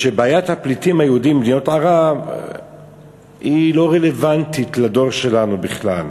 בעיית הפליטים היהודים ממדינות ערב לא רלוונטית לדור שלנו בכלל.